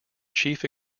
chief